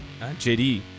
JD